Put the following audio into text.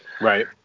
Right